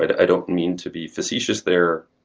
i don't mean to be facetious there.